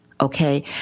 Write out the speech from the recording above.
okay